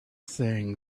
thing